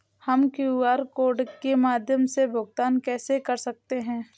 हम QR code के माध्यम से भुगतान कैसे कर सकते हैं?